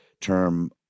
term